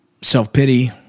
self-pity